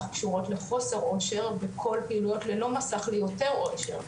קשורות לחוסר אושר וכל פעילויות ללא מסך ליותר אושר,